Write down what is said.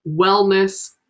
wellness